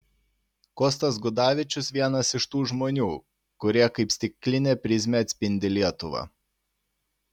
kostas gudavičius vienas iš tų žmonių kurie kaip stiklinė prizmė atspindi lietuvą